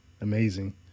Amazing